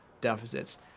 deficits